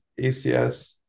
ACS